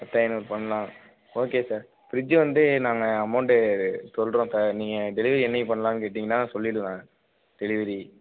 பத்து ஐநூறு பண்ணலாம் ஓகே சார் ஃபிரிட்ஜ் வந்து நாங்கள் அமௌண்ட்டு சொல்கிறோம் இப்போ நீங்கள் டெலிவரி என்னைக்கிப் பண்ணலானு கேட்டிங்கன்னா சொல்லிவிடுவேன் டெலிவரி